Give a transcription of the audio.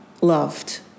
loved